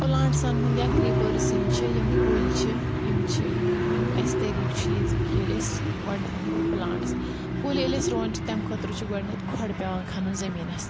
پلانٹسَن ہُنٛد یا کریٖپٲرٕس یِم چھِ یِم کُلۍ چھِ یِم چھِ یِمَن ہُنٛد اَسہِ طٔریٖقہٕ چھُ یہِ زِ کہِ ییٚلہِ أسۍ گۄڈنؠتھ بہٕ پٕلانٹٕس کُلۍ ییٚلہِ أسۍ روٚن چھِ تمہِ خٲطرٕ چھِ گۄڈنؠتھ کھۄڈ پیٚوان کھَنُن زٔمیٖنَس